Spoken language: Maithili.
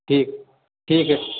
ठीक ठीक अछि